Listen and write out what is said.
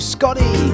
Scotty